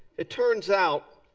it turns out,